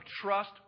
trust